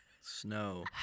Snow